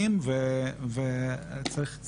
של חוויות טראומטיות כאלה ואחרות.